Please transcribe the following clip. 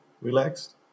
relaxed